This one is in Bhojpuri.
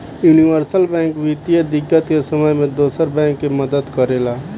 यूनिवर्सल बैंक वित्तीय दिक्कत के समय में दोसर बैंक के मदद करेला